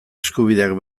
eskubideak